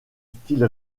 style